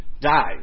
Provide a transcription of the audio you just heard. Die